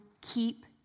keep